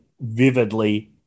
vividly